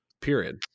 Period